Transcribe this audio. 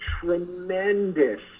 tremendous